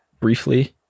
briefly